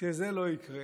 כשזה לא יקרה